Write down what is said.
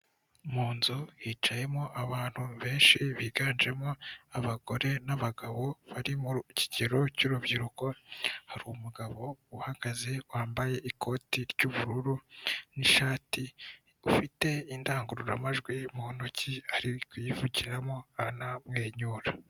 Mu nzu hicayemo abantu benshi biganjemo abagore n'abagabo bari mu kigero cy'urubyiruko hari umugabo uhagaze wambaye ikoti ry'ubururu n'ishati ufite indangururamajwi mu ntoki ari kuyivugiramo anamwenyura.